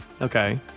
Okay